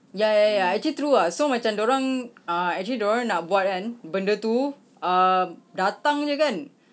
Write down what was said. ya ya ya ya actually true ah so macam dia orang ah actually dia orang nak buat kan benda tu ah datang jer kan